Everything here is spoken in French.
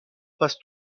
passent